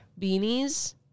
beanies